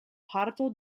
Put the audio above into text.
parto